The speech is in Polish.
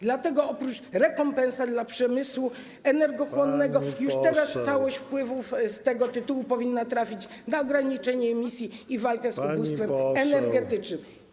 Dlatego, oprócz rekompensat dla przemysłu energochłonnego, już teraz całość wpływów z tego tytułu powinna trafić na ograniczenie emisji i walkę z ubóstwem energetycznym.